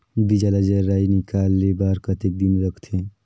बीजा ला जराई निकाले बार कतेक दिन रखथे?